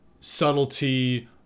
subtlety